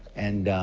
and